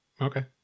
Okay